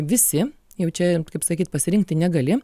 visi jaučia kaip sakyt pasirinkti negali